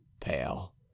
pale